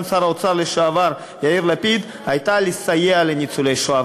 שר האוצר לשעבר יאיר לפיד הייתה לסייע לניצולי השואה,